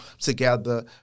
together